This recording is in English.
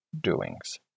doings